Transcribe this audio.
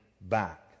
back